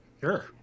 Sure